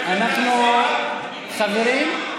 חברים,